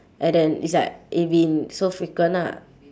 and then it's like it been so frequent ah